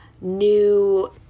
new